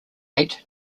eight